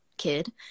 kid